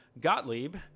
gottlieb